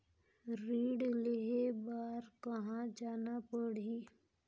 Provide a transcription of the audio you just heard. ऋण लेहे बार कहा जाना पड़ही?